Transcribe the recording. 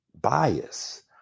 bias